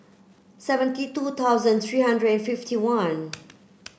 seventy two thousand three hundred and fifty one